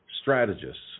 strategists